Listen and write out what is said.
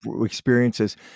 experiences